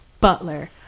Butler